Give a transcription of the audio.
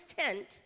tent